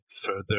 further